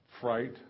fright